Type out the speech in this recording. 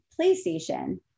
PlayStation